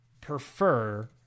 prefer